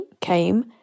came